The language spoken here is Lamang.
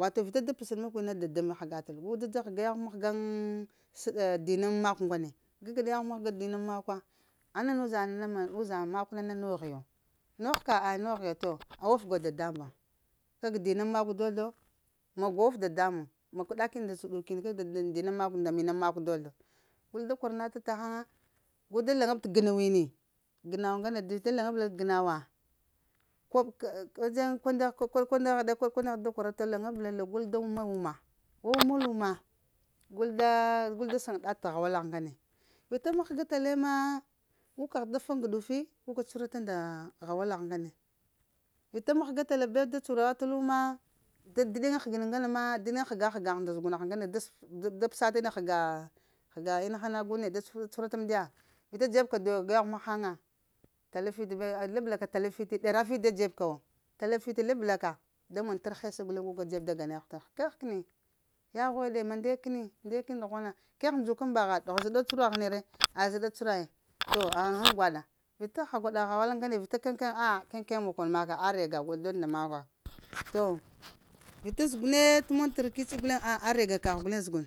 wato vita da pəgəɗ makwiŋ na dadaŋ-mbe hagata lo gu da dzeb gu da ga jawgh mahgaŋ ŋ səɗ dinaŋ makw ŋgane ga gaɗ yaghwe mahgaŋ dinaŋ makwa,? Nana uz uzaŋ na na makwe nogh zo, nogh ka aha noghi a wafgwa dada muŋ, kag dinaŋ makw dozlo, ma gwaf waf dada muŋ, ma kəɗa kiŋ nda zəɗuk kag dinən makwa nda minaŋ makw dozlo, gul da kwara nata ta haŋa gul da laŋab t’ gənaw wini, g'naw, ŋgane vita laŋablal g'nawa, koɓ k? Wadzen koɓ kwa ndegh koɓ kwandegh kak da kwarata laŋabla lo gul da wuma-wuma, wawumal wuma gul daa, gul da saŋa ɗa t’ ha wa lagh ŋgane, vita mahga tale ma gu kagh da fa ŋguɗufi gu ka cuhurata nda hawalagh ŋgane. Vita mahga tala be da cuhura watal lo ma, vita da diɗiŋa həgin ŋgane ma diɗiŋga həga həgagh nɗa zəgunagh ŋgane, da psa ta ɗe həga həga ina ha agu neɗ da cuhurata cuhurata m ndiya vita da dzeb ka dog yaghwe mahaŋa tala fit be da labla ka tala fit ɗera fit ɗa dzeb ka wo tala fit ɗa dzeb ka wo tala fite labla ka tər hesa guleŋ gu ka dzeb da ga na yaghw tahaŋ kegh kəni, yaghweɗe mande kəni mande kəni ɗughwana, kəgh ndzukan mbagha ɗughwana, zəɗa cuhura ghini re a zəɗa kuhura yiŋ to? Ghaŋ? Han gwaɗa. Vita haha gwaɗa hawal ŋgane vita kəŋ-kəŋ? A kəŋ-kəŋa makon maka are ga gol dozl nda makwa. To vita zəgune t’ mon t’ rəkici guleŋ na? Arega kagh guleŋ zəguŋ